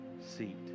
seat